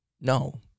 no